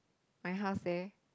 my house there